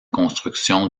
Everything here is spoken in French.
construction